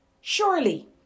Surely